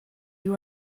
you